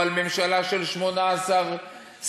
או על ממשלה של 18 שרים,